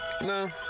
No